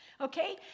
okay